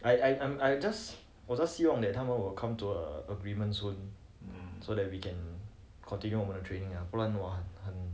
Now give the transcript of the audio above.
I I I just 我 just 希望 that 他们 will come to a agreements soon so that we can continue 我们的 training ah 不然 !whoa! 很